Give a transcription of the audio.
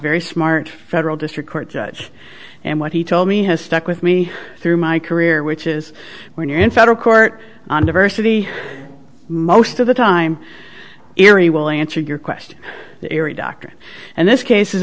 very smart federal district court judge and what he told me has stuck with me through my career which is when you're in federal court on diversity most of the time erie will answer your question area doctor and this case is